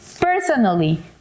personally